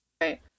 Right